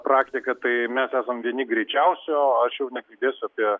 praktika tai mes esam vieni greičiausių o aš jau nekalbėsiu apie